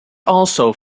also